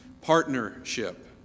partnership